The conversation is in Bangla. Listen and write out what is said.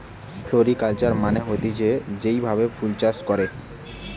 ফ্লোরিকালচার মানে হতিছে যেই ভাবে ফুল চাষ করে